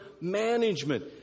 management